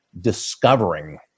discovering